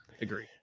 agree